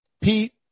Pete